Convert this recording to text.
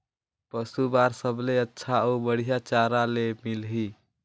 पशु बार सबले अच्छा अउ बढ़िया चारा ले मिलही?